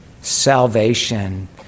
salvation